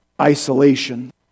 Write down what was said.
isolation